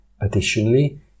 Additionally